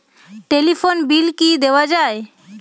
Telephone bill কি দেওয়া যায়?